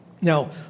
Now